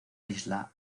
isla